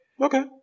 Okay